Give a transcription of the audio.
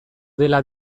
dela